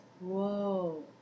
Whoa